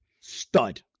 Stud